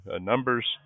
numbers